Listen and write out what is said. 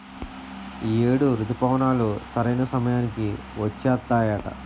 ఈ ఏడు రుతుపవనాలు సరైన సమయానికి వచ్చేత్తాయట